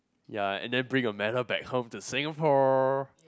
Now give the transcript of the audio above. ya and then bring a medal back home to Singapore